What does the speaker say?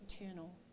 eternal